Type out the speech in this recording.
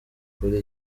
kuri